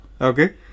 Okay